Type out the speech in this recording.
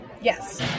Yes